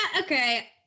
okay